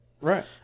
Right